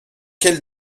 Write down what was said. quelle